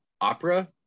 Opera